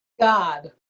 God